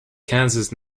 kansas